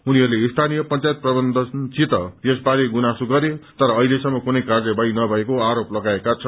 उनीहरूले स्थानीय पंचायत प्रबन्धनसित यस बारे गुनासो गरे तर अहिलेसम्म कुनै कार्यवाही नभएको आरोप लगाएका छन्